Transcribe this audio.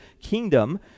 kingdom